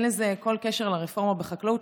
אין לזה כל קשר לרפורמה בחקלאות,